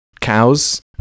cows